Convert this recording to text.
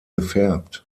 gefärbt